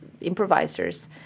improvisers